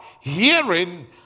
hearing